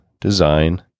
design